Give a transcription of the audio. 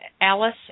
Alice